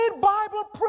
Bible